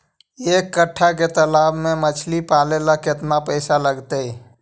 एक कट्ठा के तालाब में मछली पाले ल केतना पैसा लगतै?